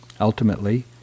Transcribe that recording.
Ultimately